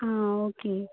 हां ओके